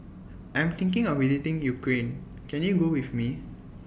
I'm thinking of visiting Ukraine Can YOU Go with Me